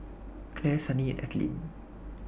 Clare Sunny and Ethelene